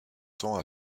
temps